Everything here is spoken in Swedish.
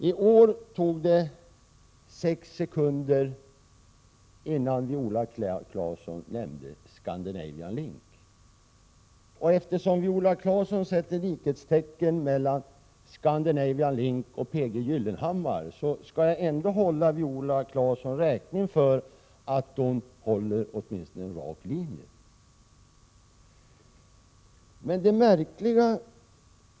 I år tog det sex sekunder, innan Viola Claesson nämnde ScanLink. Eftersom Viola Claesson sätter likhetstecken mellan ScanLink och P. G. Gyllenhammar, vill jag ändå hålla henne räkning för att hon åtminstone följer en rak linje.